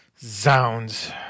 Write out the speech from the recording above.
Zounds